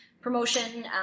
promotion